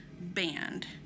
band